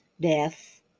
death